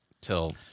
Till